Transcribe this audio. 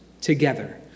together